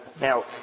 Now